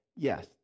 Yes